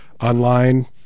online